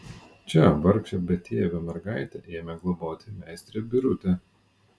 čia vargšę betėvę mergaitę ėmė globoti meistrė birutė